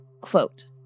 Quote